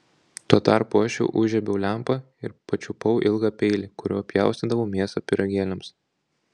tuo tarpu aš jau užžiebiau lempą ir pačiupau ilgą peilį kuriuo pjaustydavau mėsą pyragėliams